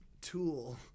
tool